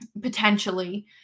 potentially